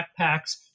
backpacks